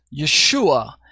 Yeshua